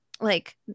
like-